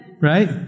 right